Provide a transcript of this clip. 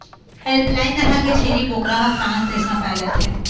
alpine नसल के छेरी बोकरा ह फ्रांस देश म पाए जाथे